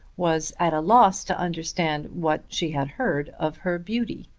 was at a loss to understand what she had heard of her beauty.